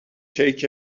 کیک